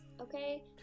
okay